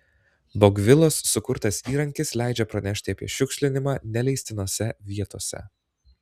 bogvilos sukurtas įrankis leidžia pranešti apie šiukšlinimą neleistinose vietose